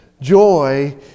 Joy